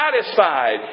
satisfied